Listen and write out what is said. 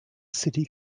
city